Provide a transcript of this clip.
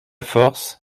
force